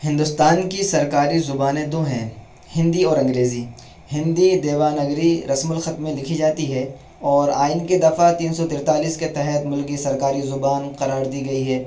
ہندوستان کی سرکاری زبانیں دو ہیں ہندی اور انگریزی ہندی دیوناگری رسم الخط میں لکھی جاتی ہے اور آئین کی دفعہ تین سو تیتالیس کے تحت ملک کی سرکاری زبان قرار دی گئی ہے